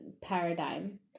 paradigm